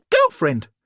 girlfriend